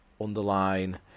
underline